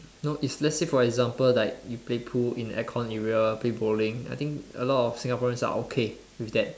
you know if let's say for example like you play pool in an aircon area play bowling I think a lot of Singaporeans are okay with that